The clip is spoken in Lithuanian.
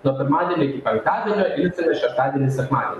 nuo pirmadienio iki penktadienio ilsitės šeštadienį sekmadienį